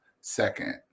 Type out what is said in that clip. second